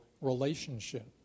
relationship